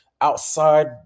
outside